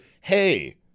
hey